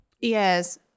Yes